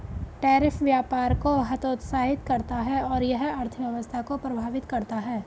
tariff व्यापार को हतोत्साहित करता है और यह अर्थव्यवस्था को प्रभावित करता है